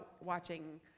watching